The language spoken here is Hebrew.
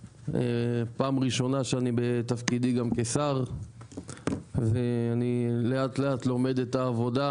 פעם ראשונה שאני בתפקידי גם כשר ואני לאט לאט לומד את העבודה,